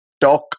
talk